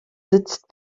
sitzt